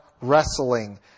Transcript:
wrestling